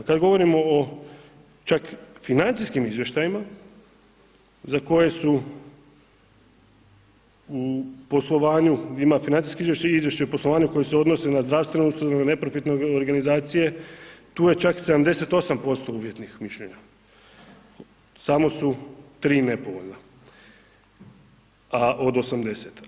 Kad govorimo o čak financijskim izvještajima za koje su u poslovanju ima financijsko izvješće i izvješće o poslovanju koji se odnose na zdravstvene ustanove, neprofitne organizacije, tu je čak 78% uvjetnih mišljenja, samo su tri nepovoljna a, od 80.